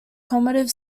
cumulative